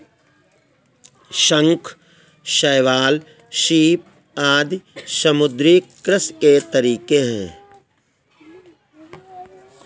शंख, शैवाल, सीप आदि समुद्री कृषि के तरीके है